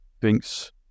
thinks